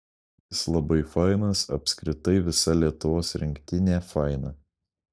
jis labai fainas apskritai visa lietuvos rinktinė faina